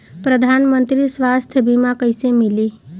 प्रधानमंत्री स्वास्थ्य बीमा कइसे मिली?